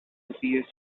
appears